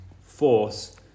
force